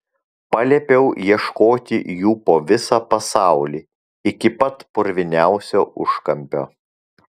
paliepiau ieškoti jų po visą pasaulį iki pat purviniausio užkampio